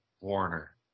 Warner